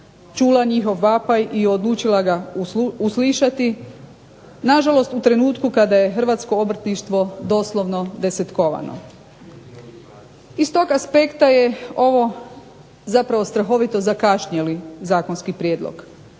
čula njihov vapaj i odlučila ga uslišati. Nažalost, u trenutku kada je hrvatskoj obrtništvo doslovno desetkovano. I s tog aspekta je ovo zapravo strahovito zakašnjeli zakonski prijedlog.